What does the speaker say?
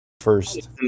first